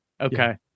okay